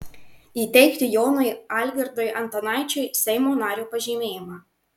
įteikti jonui algirdui antanaičiui seimo nario pažymėjimą